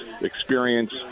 experience